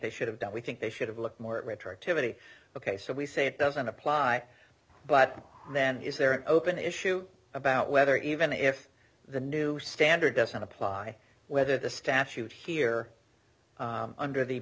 they should have done we think they should have looked more at retroactivity ok so we say it doesn't apply but then is there an open issue about whether even if the new standard doesn't apply whether the statute here under the